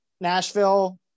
Nashville